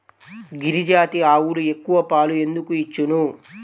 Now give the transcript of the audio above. గిరిజాతి ఆవులు ఎక్కువ పాలు ఎందుకు ఇచ్చును?